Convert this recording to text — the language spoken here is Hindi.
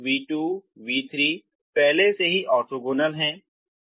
v1v2 v3 पहले से ही ऑर्थोगोनल हैं